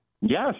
Yes